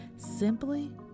simply